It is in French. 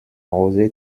rosée